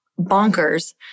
bonkers